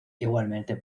igualmente